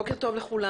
בוקר טוב לכולם.